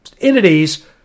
entities